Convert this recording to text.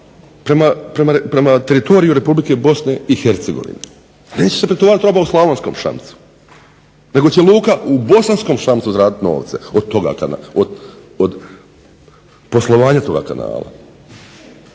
prema teritoriju Republike BiH. Neće se pretovarati roba u Slavonskom Šamcu nego će luka u Bosanskom Šamcu zaraditi novce od poslovanja toga kanala.